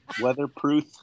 Weatherproof